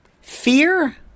Fear